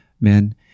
men